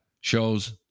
shows